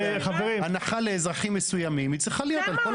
הנחה לאזרחים מסוימים צריכה להיות על כל המיסים.